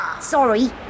Sorry